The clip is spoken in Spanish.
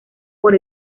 por